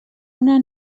una